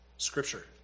Scripture